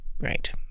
Right